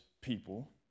people